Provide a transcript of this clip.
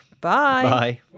Bye